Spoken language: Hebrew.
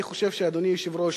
אני חושב, אדוני היושב-ראש,